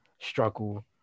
struggle